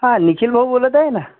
हां निखिलभाऊ बोलत आहे ना